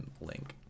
link